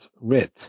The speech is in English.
read